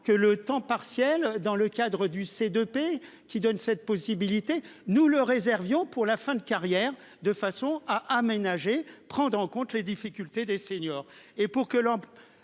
que le temps partiel dans le cadre du c'est de paix qui donne cette possibilité nous le réserve pour la fin de carrière de façon à aménager, prendre en compte les difficultés des seniors